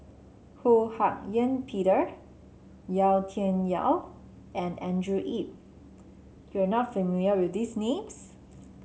Ho Hak Ean Peter Yau Tian Yau and Andrew Yip you are not familiar with these names